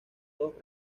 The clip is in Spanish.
dos